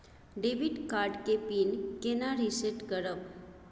Debit card के PIN केना reset करब?